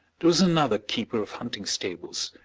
there was another keeper of hunting stables,